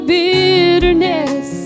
bitterness